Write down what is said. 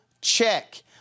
check